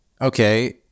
okay